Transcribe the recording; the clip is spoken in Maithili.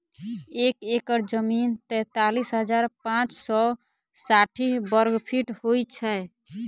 एक एकड़ जमीन तैँतालिस हजार पाँच सौ साठि वर्गफीट होइ छै